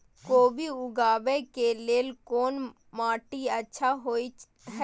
कोबी उगाबै के लेल कोन माटी अच्छा होय है?